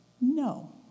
No